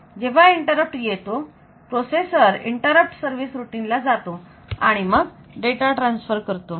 जेव्हा इंटरप्ट येतो processor interrupt service routine ला जातो आणि मग डेटा ट्रान्सफर करतो